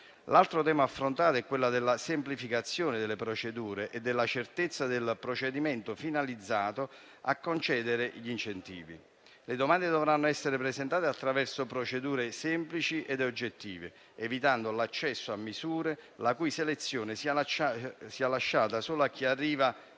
L'altro tema affrontato è quello della semplificazione delle procedure e della certezza del procedimento finalizzato a concedere gli incentivi. Le domande dovranno essere presentate attraverso procedure semplici e oggettive, evitando l'accesso a misure la cui selezione sia lasciata solo a chi arriva